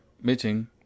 meeting